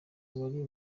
yari